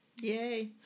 Yay